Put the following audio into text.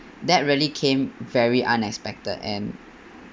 that really came very unexpected and